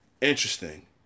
interesting